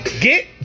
Get